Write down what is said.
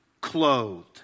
clothed